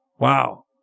Wow